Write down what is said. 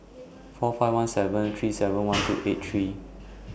four five one seven three seven one two eight three